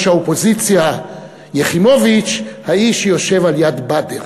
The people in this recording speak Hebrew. האופוזיציה יחימוביץ "האיש שיושב על-יד בדר".